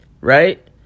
right